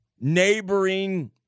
neighboring